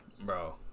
bro